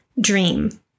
dream